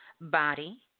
body